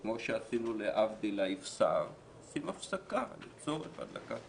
כפי שעשינו להבדיל באפטאר, יעשו הפסקה לצורך הדלקת